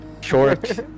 short